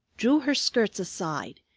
drew her skirts aside,